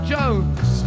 Jones